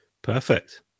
Perfect